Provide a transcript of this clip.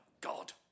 God